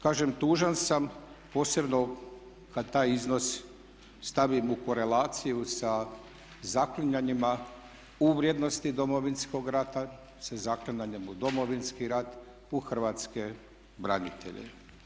Kažem tužan sam posebno kada taj iznos stavim u korelaciju sa zaklinjanjima u vrijednosti Domovinskoga rata, sa zaklinjanjem u Domovinski rat, u hrvatske branitelje.